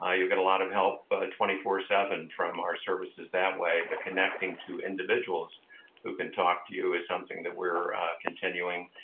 ah you'll get a lot of help ah twenty four seven from our services services that way. but connecting to individuals who can talk to you is something that we're continuing.